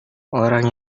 orang